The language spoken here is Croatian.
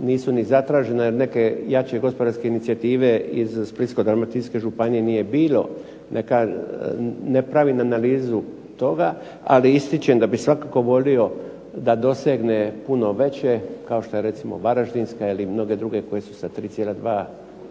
nisu ni zatražena, jer neke jače gospodarske inicijative iz Splitsko-dalmatinske županije nije bilo. Ne pravim analizu toga, ali ističem da bih svakako volio da dosegne puno veće kao što je recimo Varaždinska ili mnoge druge koje su sa 3,2